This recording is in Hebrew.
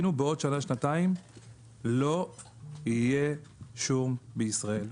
שנה-שנתיים לא יהיה שום בישראל.